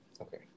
okay